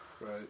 Right